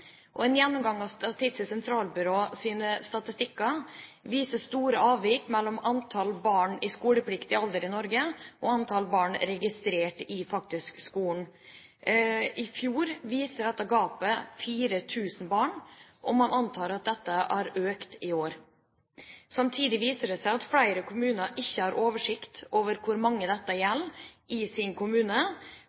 En gjennomgang av Statistisk sentralbyrås statistikker viser store avvik mellom antall barn i skolepliktig alder i Norge og antall barn registrert i skolen. I fjor var dette gapet på 4 000 barn, og man antar at tallet har økt i år. Samtidig viser det seg at flere kommuner ikke har oversikt over hvor mange barn dette gjelder i deres kommune